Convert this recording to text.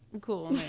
Cool